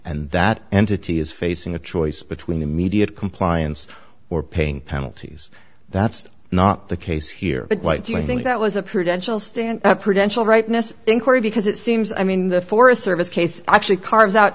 and that entity is facing a choice between immediate compliance or paying penalties that's not the case here but why do you think that was a prudential stand at prudential rightness in court because it seems i mean the forest service case actually carves out